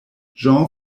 jean